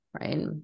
Right